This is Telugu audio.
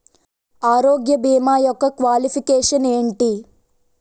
ఆరోగ్య భీమా యెక్క క్వాలిఫికేషన్ ఎంటి?